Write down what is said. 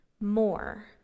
more